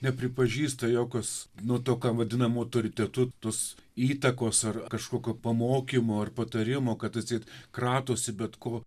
nepripažįsta jog kas nuo to ką vadinam autoritetu tos įtakos ar kažkokio pamokymo ar patarimo kad atseit kratosi bet ko